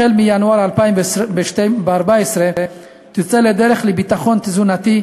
החל מינואר 2014 תצא לדרך התוכנית לביטחון תזונתי,